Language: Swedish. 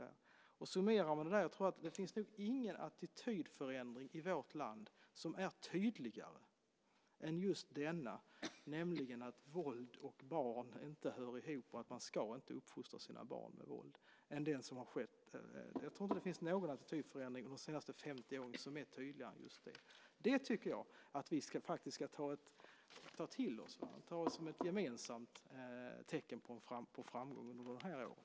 För att summera det finns det nog ingen attitydförändring i vårt land som är tydligare än just denna, nämligen att våld och barn inte hör ihop och att man inte ska uppfostra sina barn med våld. Jag tror inte att det funnits någon attitydförändring de senaste 50 åren som varit tydligare än just den. Det tycker jag att vi ska ta till oss som ett gemensamt tecken på framgång under de här åren.